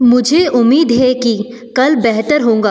मुझे उम्मीद है कि कल बेहतर होगा